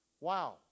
Wow